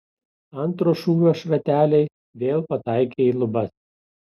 antro šūvio šrateliai vėl pataikė į lubas